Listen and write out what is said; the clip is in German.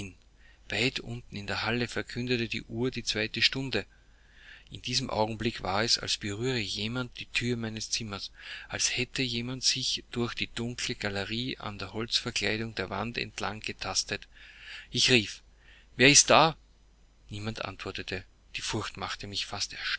unten in der halle verkündete die uhr die zweite stunde in diesem augenblick war es als berühre jemand die thür meines zimmers als hätte jemand sich durch die dunkle galerie an den holzverkleidungen der wand entlang getastet ich rief wer ist da niemand antwortete die furcht machte mich fast